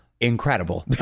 incredible